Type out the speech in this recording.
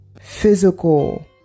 physical